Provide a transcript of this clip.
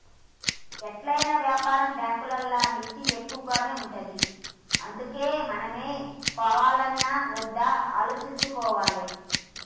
ఎట్లైనా వ్యాపార బాంకులల్ల మిత్తి ఎక్కువనే ఉంటది గందుకే మనమే పోవాల్నా ఒద్దా ఆలోచించుకోవాలె